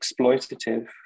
exploitative